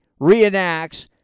reenacts